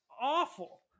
awful